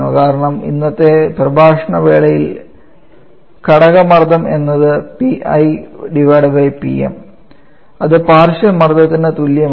കാരണം ഇന്നലത്തെ പ്രഭാഷണ വേളയിൽ ഘടക മർദ്ദം എന്നത് അത് പാർഷ്യൽ മർദ്ദത്തിന് അതിന് തുല്യമാണ്